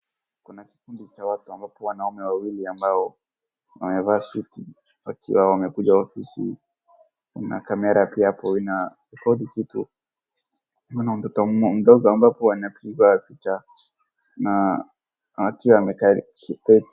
Kuna kikundi cha watu ambapo wanaume wawili ambao wamevaa suti wakiwa wamekuja ofisi. Kuna kamera pia hapo inarekodi kitu. Mna mtoto mdogo ambapo anapigwa picha na akiwa amekali kiti.